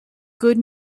good